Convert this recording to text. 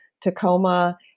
Tacoma